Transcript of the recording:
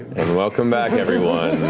and welcome back, everyone.